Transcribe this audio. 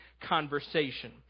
conversation